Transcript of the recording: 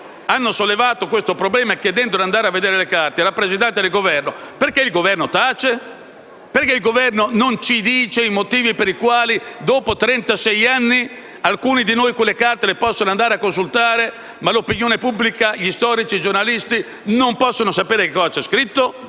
hanno sollevato questo problema, chiedendo di andare a vedere le carte, signor rappresentante del Governo, perché il Governo tace? Perché il Governo non ci dice i motivi per i quali, dopo trentasei anni, alcuni di noi possono andare a consultare quelle carte, ma l'opinione pubblica, gli storici e i giornalisti non possono sapere che cosa c'è scritto?